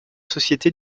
société